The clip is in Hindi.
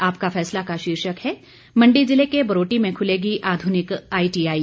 आपका फैसला का शीर्षक है मंडी जिले के बरोटी में खुलेगी आधुनिक आईटीआई